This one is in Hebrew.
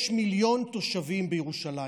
יש מיליון תושבים בירושלים.